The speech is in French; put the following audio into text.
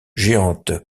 géante